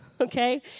Okay